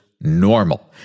normal